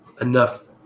enough